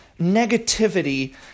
negativity